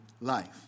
life